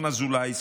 ינון אזולאי,